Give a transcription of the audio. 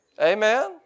Amen